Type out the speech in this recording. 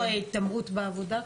כמו התעמרות בעבודה?